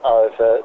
over